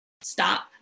stop